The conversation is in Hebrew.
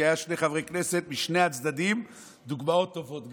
כי היו שני חברי כנסת משני הצדדים שהם דוגמאות טובות,